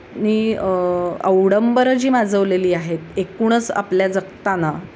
ने अवडंबरं जी माजवलेली आहेत एकूणच आपल्या जगताना